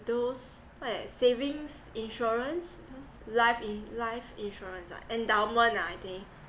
those what savings insurance life in life insurance ah endowment ah I think